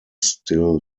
still